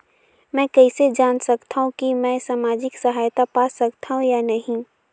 मै कइसे जान सकथव कि मैं समाजिक सहायता पा सकथव या नहीं?